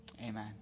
Amen